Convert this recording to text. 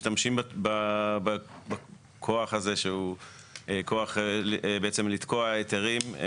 משתמשים בכוח הזה שהוא כוח בעצם לתקוע היתרים,